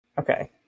Okay